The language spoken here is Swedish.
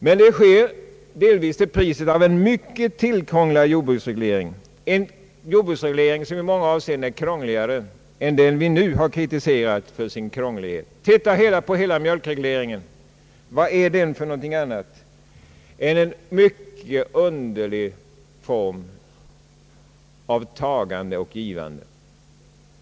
Sänkningarna sker delvis till priset av en mycket tillkrånglad jordbruksreglering, som i många avseenden är krångligare än den vi nu har kristiserat för dess krånglighet. Titta på mjölkregleringen! Vad är detta annat än en mycket underlig form av tagande och givande?